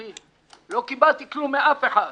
לא קיבלתי כלום מאף אחד.